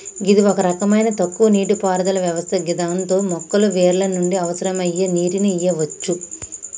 గిది ఒక రకమైన తక్కువ నీటిపారుదల వ్యవస్థ గిదాంతో మొక్కకు వేర్ల నుండి అవసరమయ్యే నీటిని ఇయ్యవచ్చు